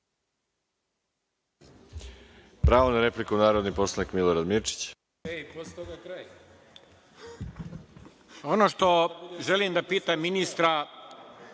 Pravo na repliku, narodni poslanik Milorad Mirčić.